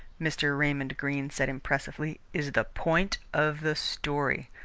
mr. raymond greene said impressively, is the point of the story.